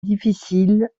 difficile